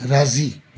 राज़ी